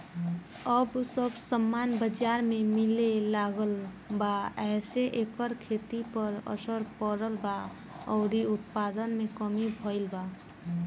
अब सब सामान बजार में मिले लागल बा एसे एकर खेती पर असर पड़ल बा अउरी उत्पादन में कमी भईल बा